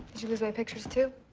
you lose my pictures, too?